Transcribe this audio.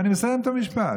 אני מסיים את המשפט.